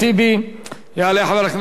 יעלה חבר הכנסת מסעוד גנאים,